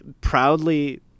proudly